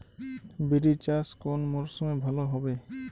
বিরি চাষ কোন মরশুমে ভালো হবে?